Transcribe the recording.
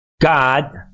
God